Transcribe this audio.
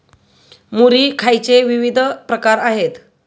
मुरी खायचे विविध प्रकार आहेत